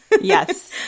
Yes